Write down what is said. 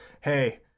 hey